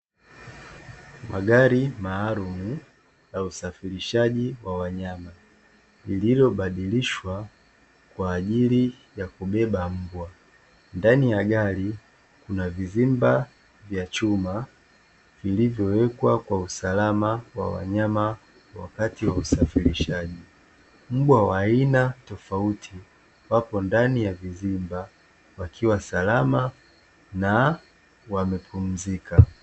Magari maalumu ya usafirishaji wa wanyama yaliyobadilishwa kwa usafirishaji wa mbwa vikiwa na vizimba.